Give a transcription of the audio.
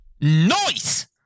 Nice